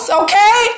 okay